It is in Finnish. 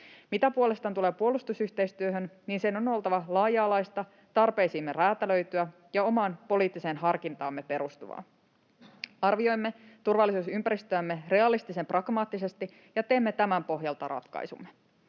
Mitä puolestaan tulee puolustusyhteistyöhön, niin sen on oltava laaja-alaista, tarpeisiimme räätälöityä ja omaan poliittiseen harkintaamme perustuvaa. Arvioimme turvallisuusympäristöämme realistisen pragmaattisesti ja teemme tämän pohjalta ratkaisumme.